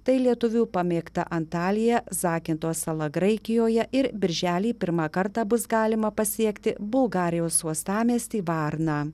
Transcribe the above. tai lietuvių pamėgta antalija zakinto sala graikijoje ir birželį pirmą kartą bus galima pasiekti bulgarijos uostamiestį varną